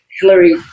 Hillary